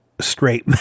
straight